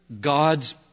God's